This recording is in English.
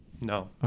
No